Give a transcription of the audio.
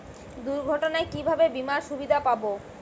দুর্ঘটনায় কিভাবে বিমার সুবিধা পাব?